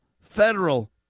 federal